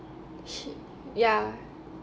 sh~ ya